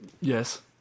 Yes